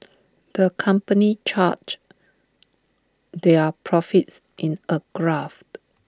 the company charted their profits in A graph